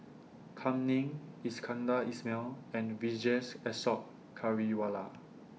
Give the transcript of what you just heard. Kam Ning Iskandar Ismail and Vijesh Ashok Ghariwala